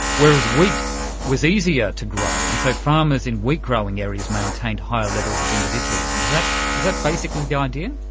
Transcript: whereas wheat was easier to grow, and so farmers in wheat growing areas maintained higher levels of individualism. is that is that basically the idea?